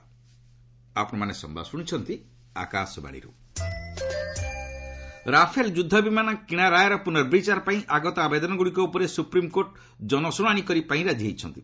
SC Rafale Rafale ଯୁଦ୍ଧ ବିମାନ କିଣା ରାୟର ପୁର୍ନବିଚାର ପାଇଁ ଆଗତ ଆବେଦନଗୁଡ଼ିକ ଉପରେ ସୁପ୍ରିମ୍କୋର୍ଟ ଜନଶୁଣାଣି ପାଇଁ ରାଜି ହୋଇଛନ୍ତି